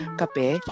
kape